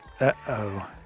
Uh-oh